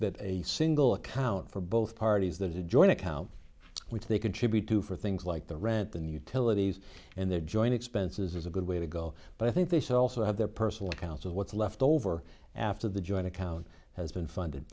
that a single account for both parties that is a joint account which they contribute to for things like the rent and utilities and their joint expenses is a good way to go but i think they should also have their personal accounts of what's left over after the joint account has been funded